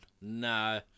no